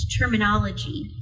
terminology